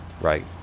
Right